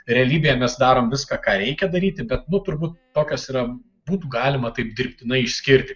realybėje mes darom viską ką reikia daryti bet turbūt tokios yra būtų galima taip dirbtinai išskirti